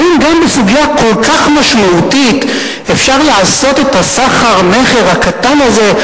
האם גם בסוגיה כל כך משמעותית אפשר לעשות את הסחר-מכר הקטן הזה,